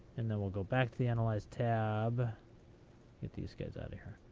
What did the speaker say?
and then we'll go back to the analyze tab get these guys out of here.